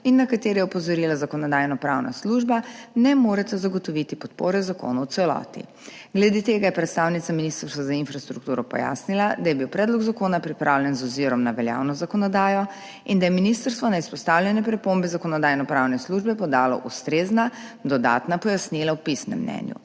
na katere je opozorila Zakonodajno-pravna služba, ne moreta zagotoviti podpore zakonu v celoti. Glede tega je predstavnica Ministrstva za infrastrukturo pojasnila, da je bil predlog zakona pripravljen z ozirom na veljavno zakonodajo in da je ministrstvo na izpostavljene pripombe Zakonodajno-pravne službe podalo ustrezna dodatna pojasnila v pisnem mnenju.